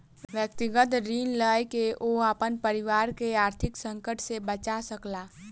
व्यक्तिगत ऋण लय के ओ अपन परिवार के आर्थिक संकट से बचा सकला